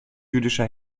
jüdischer